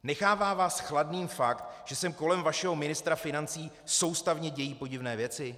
Nechává vás chladným fakt, že se kolem vašeho ministra financí soustavně dějí podivné věci?